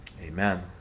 Amen